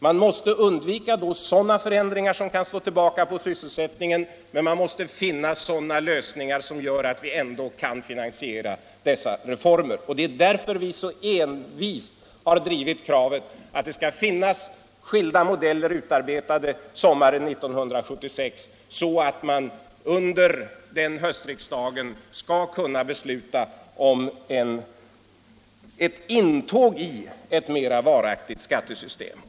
Man måste undvika sådana förändringar som kan slå tillbaka på sysselsättningen, men man måste finna sådana lösningar som gör att vi ändå kan finansiera reformerna. Det är därför vi så envist har drivit kravet att det skall finnas skilda modeller utarbetade sommaren 1976, så att man under den hösten i riksdagen skall kunna besluta om ett intåg i ett mera varaktigt skattesystem.